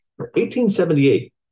1878